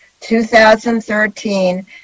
2013